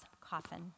coffin